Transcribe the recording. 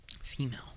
Female